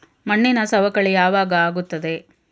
ಮಣ್ಣಿನ ಸವಕಳಿ ಯಾವಾಗ ಆಗುತ್ತದೆ?